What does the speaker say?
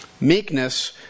Meekness